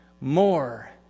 more